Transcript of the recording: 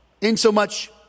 insomuch